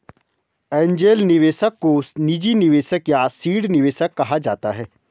angel निवेशक को निजी निवेशक या सीड निवेशक कहा जाता है